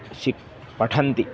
शिक्षा पठन्ति